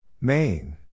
main